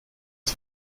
qui